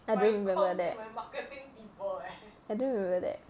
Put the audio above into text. I don't remember that I don't remember that